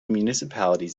municipalities